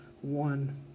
one